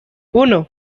uno